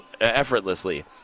effortlessly